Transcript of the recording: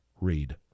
read